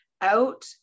out